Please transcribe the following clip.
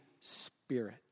Spirit